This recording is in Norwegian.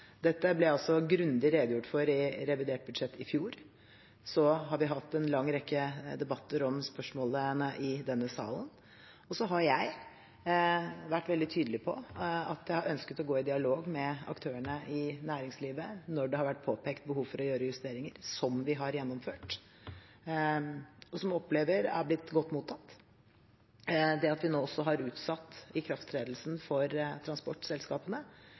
Dette ble det grundig redegjort for i revidert budsjett i fjor. Så har vi hatt en lang rekke debatter om spørsmålene i denne salen. Jeg har vært veldig tydelig på at jeg har ønsket å gå i dialog med aktørene i næringslivet når det har vært påpekt behov for å gjøre justeringer, som vi har gjennomført, og som vi opplever er blitt godt mottatt. Det at vi nå også har utsatt ikrafttredelsen for transportselskapene